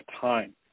time